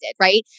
right